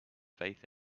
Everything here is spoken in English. faith